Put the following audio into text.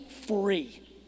free